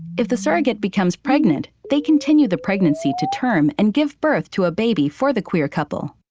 if the surrogate becomes pregnant, they continue the pregnancy to term, and give birth to a baby for the queer couple.